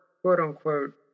quote-unquote